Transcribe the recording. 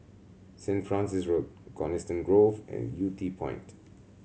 Saint Francis Road Coniston Grove and Yew Tee Point